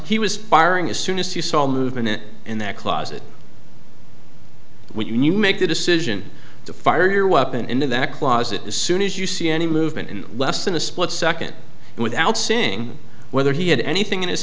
he was firing as soon as you saw movement in that closet when you make the decision to fire your weapon into that closet as soon as you see any movement in less than a split second without seeing whether he had anything in his